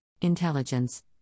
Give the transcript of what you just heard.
intelligence